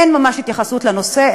אין ממש התייחסות לנושא,